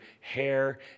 hair